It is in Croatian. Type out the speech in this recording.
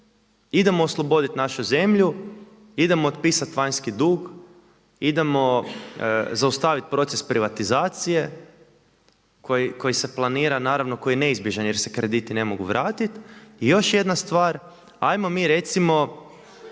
idemo osloboditi našu zemlju, idemo otpisati vanjski dug, idemo zaustaviti proces privatizacije koji se planira naravno, koji je neizbježan jer se krediti ne mogu vratiti. I još jedna stvar, 'ajmo mi recimo,